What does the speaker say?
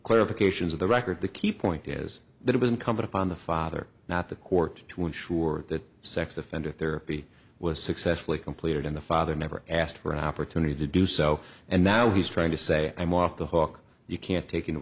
clarifications of the record the key point is that it was incumbent upon the father not the court to ensure that sex offender therapy was successfully completed and the father never asked for an opportunity to do so and now he's trying to say i'm off the hook you can't take into